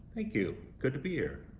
thank you. good to be here.